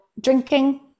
drinking